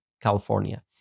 California